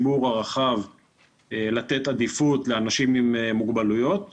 מדוע הוחלט לא להוסיף החרגה מן המכסה גם של אנשים עם מוגבלויות כאלה?